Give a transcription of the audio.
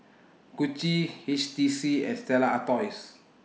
Gucci H T C and Stella Artois